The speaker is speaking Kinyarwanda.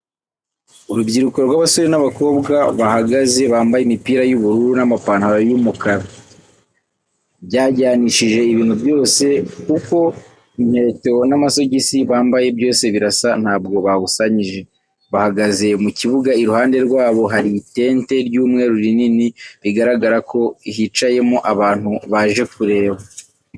Urubyiruko rw'abasore n'abakobwa bahagaze bambaye imipira y'ubururu n'amapantaro y'umukara. Byajyanishije ibintu byoze kuko inketo n'amasogisi bambaye byose birasa ntabwo babusanyije. Bahagaze mu kibuga iruhande rwabo hari itente ry'umweru rinini, bigaragara ko hicayemo abantu baje kureba.